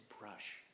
brush